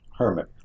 hermit